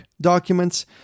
documents